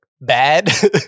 bad